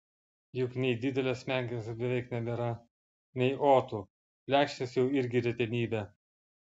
juk nei didelės menkės beveik nebėra nei otų plekšnės jau irgi retenybė